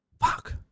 Fuck